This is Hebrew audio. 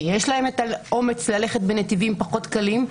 שיש להם את האומץ ללכת בנתיבים פחות קלים,